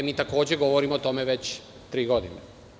Mi takođe, govorimo o tome već tri godine.